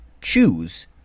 choose